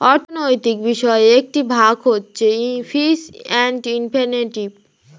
অর্থনৈতিক বিষয়ের একটি ভাগ হচ্ছে ফিস এন্ড ইফেক্টিভ